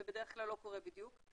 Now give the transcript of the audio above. זה בדרך כלל לא קורה בדיוק,